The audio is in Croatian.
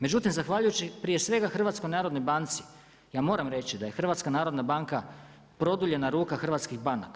Međutim, zahvaljujući prije svega HNB, ja moram reći da je HNB produljena ruka hrvatskih banaka.